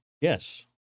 Yes